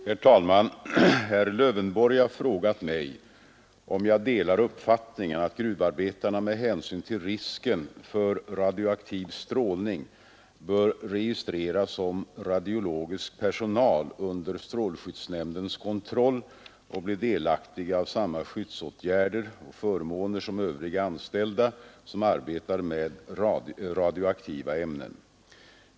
Herr talman! Herr Lövenborg har frågat mig om jag delar uppfattningen att gruvarbetarna med hänsyn till risken för radioaktiv strålning bör registreras som radiologisk personal under strålskyddsnämndens kontroll och bli delaktiga av samma skyddsåtgärder och förmåner som övriga anställda som arbetar med radioaktiva ämnen.